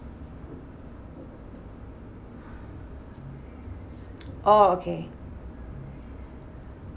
oh okay